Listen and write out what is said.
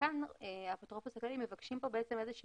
לכן האפוטרופוס הכללי מבקשים כאן איזושהי